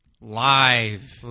live